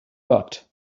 but